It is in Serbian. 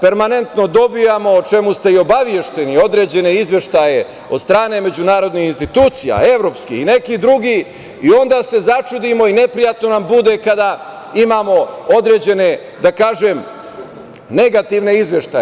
Permanentno dobijamo, o čemu ste i obavešteni, određene izveštaje od strane međunarodnih institucija, evropskih i nekih drugih i onda se začudimo i neprijatno nam bude kada imamo određene, da kažem, negativne izveštaje.